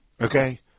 Okay